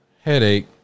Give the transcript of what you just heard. headache